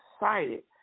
excited